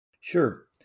Sure